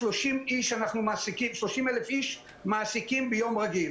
יש צוות שהמנכ"ל הקים ממינהל תקשוב שלנו שעובד מול משרד התקשורת בעניין